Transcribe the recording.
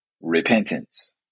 repentance